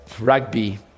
rugby